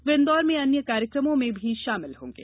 वे इन्दौर में अन्य कार्यक्रमों में भी शामिल होंगे